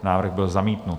Návrh byl zamítnut.